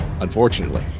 Unfortunately